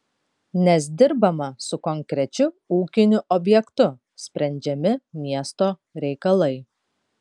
nes dirbama su konkrečiu ūkiniu objektu sprendžiami miesto reikalai